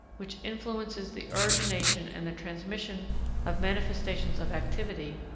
which influences the origination and the transmission of manifestations of activity,